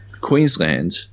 Queensland